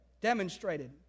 demonstrated